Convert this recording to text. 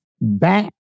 Back